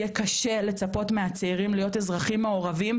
יהיה קשה לצפות מהצעירים להיות אזרחים מעורבים,